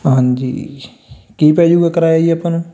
ਹਾਂਜੀ ਕੀ ਪੈ ਜੂਗਾ ਕਿਰਾਇਆ ਜੀ ਆਪਾਂ ਨੂੰ